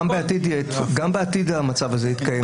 גם בעתיד המצב הזה יתקיים,